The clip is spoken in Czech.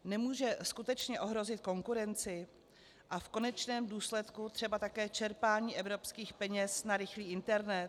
Nemůže skutečně ohrozit konkurenci a v konečném důsledku třeba také čerpání evropských peněz na rychlý internet?